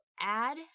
add